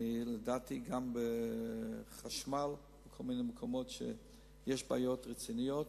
ולדעתי גם חשמל בכל מיני מקומות שבהם יש בעיות רציניות.